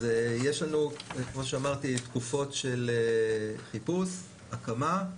יש לנו כמו שאמרתי, תקופות של חיפוש, הקמה,